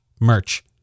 merch